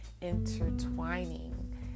intertwining